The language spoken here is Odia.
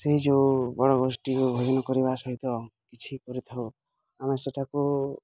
ସେଇ ଯେଉଁ ବଡ଼ ଗୋଷ୍ଠୀ ଭୋଜନ କରିବା ସହିତ କିଛି କରିଥାଉ ଆମେ ସେଇଟା କୁ